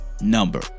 number